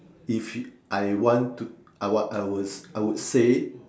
if you I want to I want I was I would say